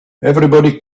everybody